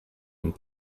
and